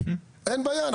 אין בעיה,